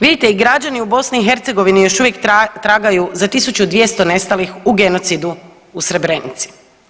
Vidite i građani u BiH još uvijek tragaju za 1200 nestalih u genocidu u Srebrenici.